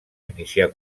iniciar